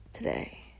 Today